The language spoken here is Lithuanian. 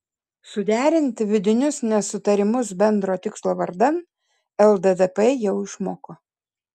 suderinti vidinius nesutarimus bendro tikslo vardan lddp jau išmoko